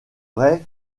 vrai